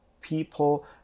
people